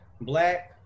black